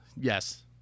Yes